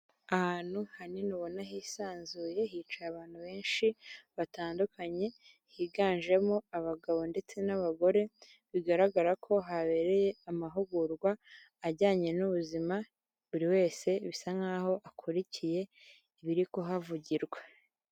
ahantu hanini ubona hisanzuye hicaye abantu benshi batandukanye, higanjemo abagabo ndetse n'abagore bigaragara ko habereye amahugurwa ajyanye n'ubuzima, buri wese bisa nk'aho akurikiye ibiri kuhavugirwa.